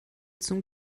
zum